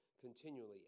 continually